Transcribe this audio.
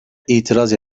itiraz